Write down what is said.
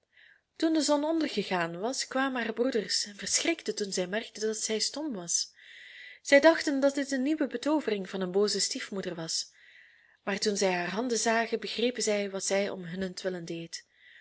toen de zon ondergegaan was kwamen haar broeders en verschrikten toen zij merkten dat zij stom was zij dachten dat dit een nieuwe betoovering van hun booze stiefmoeder was maar toen zij haar handen zagen begrepen zij wat zij om hunnentwil deed